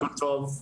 בוקר טוב.